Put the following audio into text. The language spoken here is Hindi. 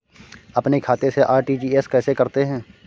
अपने खाते से आर.टी.जी.एस कैसे करते हैं?